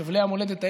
חבלי המולדת האלה,